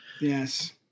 yes